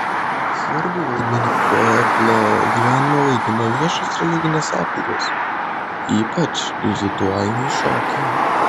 svarbų vaidmenį pueblo gyvenime vaidino viešos religinės apeigos ypač ritualiniai šokiai